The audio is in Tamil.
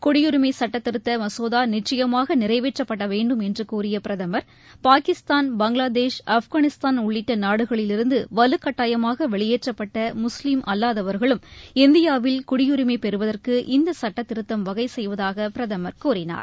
குடியுரிமை சுட்டத்திருத்த மசோதா நிச்சயமாக நிறைவேற்றப்பட வேண்டும் என்று கூறிய பிரதமர் பாகிஸ்தான் பங்களாதேஷ் உள்ளிட்ட நாடுகளிலிருந்து வலுக்கட்டாயமாக வெளியேற்றப்பட்ட முஸ்லீம் அல்லாதவர்களும் இந்தியாவில் குடியுரிமை பெறுவதற்கு இந்த சுட்டத்திருத்தம் வகை செய்வதாக பிரதமர் கூறினார்